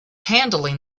handling